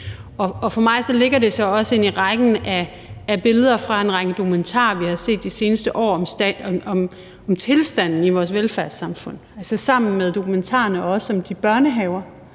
Og for mig lægger det sig også ind i rækken af billeder fra en række dokumentarer, vi har set de seneste år om tilstanden i vores velfærdssamfund – altså også sammen med dokumentarerne om de børnehaver,